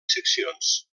seccions